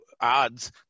odds